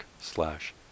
slash